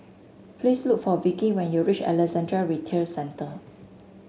please look for Vikki when you reach Alexandra Retail Centre